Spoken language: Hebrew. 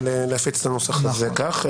להפיץ את הנוסח הזה כך.